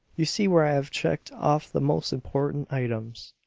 you see where i have checked off the most important items.